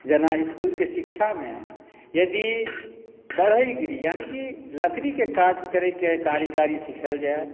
जेना इसकुलके शिक्षामे यदि बढ़ई गिरी यानि लकड़ीके काज करैके कारीगारी सिखायल जाए